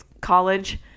college